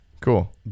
Cool